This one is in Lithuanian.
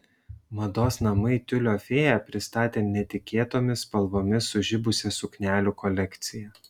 mados namai tiulio fėja pristatė netikėtomis spalvomis sužibusią suknelių kolekciją